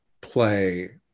play